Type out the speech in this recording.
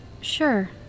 Sure